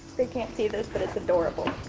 they can't see this, but it's adorable.